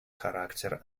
характер